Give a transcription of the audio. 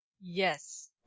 Yes